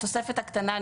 התוספת הקטנה,